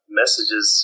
messages